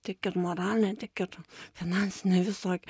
tiek ir moralinę tiek ir finansinę visok